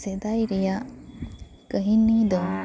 ᱥᱮᱫᱟᱭ ᱨᱮᱭᱟᱜ ᱠᱟᱹᱦᱤᱱᱤ ᱫᱚ